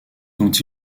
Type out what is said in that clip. dont